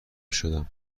شدم